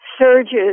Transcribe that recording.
Surges